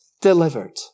delivered